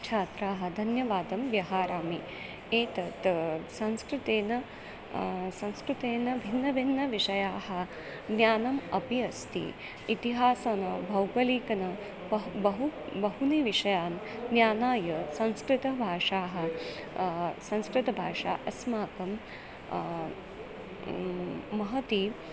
छात्राः धन्यवादं व्याहरामि एतत् संस्कृतेन संस्कृतेन भिन्नभिन्नविषयाः ज्ञानम् अपि अस्ति इतिहासः भौगोलिकं बहु बहून् विषयान् ज्ञानाय संस्कृतभाषाः संस्कृतभाषा अस्माकं महती